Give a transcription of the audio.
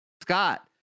scott